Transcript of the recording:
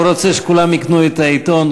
הוא רוצה שכולם יקנו את העיתון,